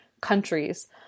countries